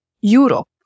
Europe